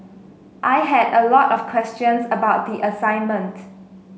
I had a lot of questions about the assignment